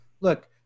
look